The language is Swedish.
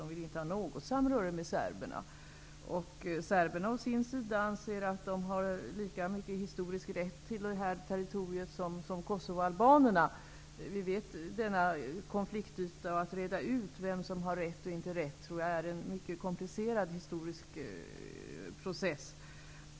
De vill inte ha något samröre med serberna. Serberna å sin sida anser att de har lika mycket historisk rätt till detta territorium som kosovoalbanerna har. Att reda ut vem som har rätt och inte rätt är en mycket komplicerad historisk process.